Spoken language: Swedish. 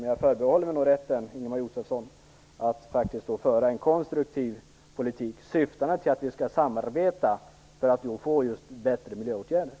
Men jag förbehåller mig nog rätten, Ingemar Josefsson, att faktiskt föra en konstruktiv politik syftande till samarbete för bättre miljöåtgärder.